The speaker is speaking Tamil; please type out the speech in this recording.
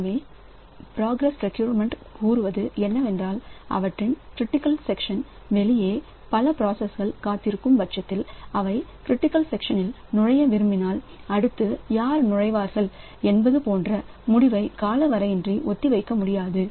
எனவே புரோகிரஸ் ரெகுறியெமென்ட் கூறுவது என்னவென்றால் அவற்றின் கிரிட்டிக்கல் சக்சன் வெளியே பல ப்ராசஸ்கள் காத்திருக்கும் பட்சத்தில் அவை க்ரிட்டிக்கல் செக்ஷனில் நுழைய விரும்பினால் அடுத்து யார் நுழைவார்கள் என்பது போன்ற முடிவை காலவரையின்றி ஒத்திவைக்க முடியாது